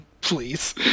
Please